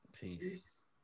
Peace